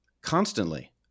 constantly